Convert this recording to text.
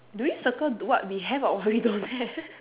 do we circle what we have or what we don't have